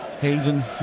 hayden